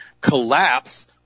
collapse